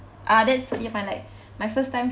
ah that's ya fine like my first time